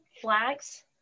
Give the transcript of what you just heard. flags